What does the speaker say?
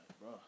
bro